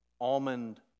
almond